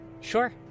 Sure